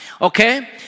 Okay